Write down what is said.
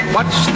Watch